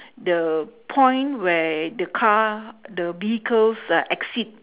the point where the car the vehicles uh exit